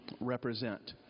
represent